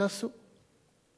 תעשו.